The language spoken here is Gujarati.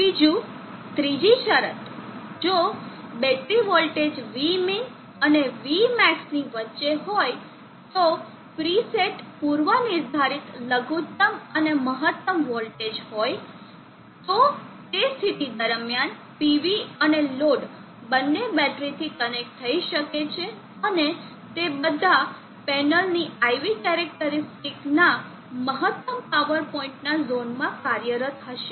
બીજુ 3 જી શરત જો બેટરી વોલ્ટેજ Vmin અને Vmax ની વચ્ચે હોય તો પ્રીસેટ પૂર્વનિર્ધારિત લઘુત્તમ અને મહત્તમ વોલ્ટેજ હોય તો તે સ્થિતિ દરમિયાન PV અને લોડ બંને બેટરીથી કનેક્ટ થઈ શકે છે અને તે બધા પેનલની IV કેરેકટરીસ્ટીક ના મહત્તમ પાવર પોઇન્ટ ના ઝોનમાં કાર્યરત હશે